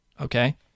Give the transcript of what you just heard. okay